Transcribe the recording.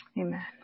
Amen